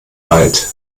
wald